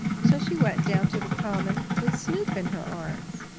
so she went down to the common with snoop in her arms.